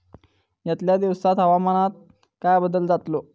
यतल्या दिवसात हवामानात काय बदल जातलो?